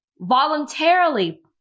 voluntarily